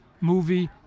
movie